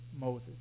Moses